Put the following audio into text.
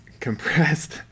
Compressed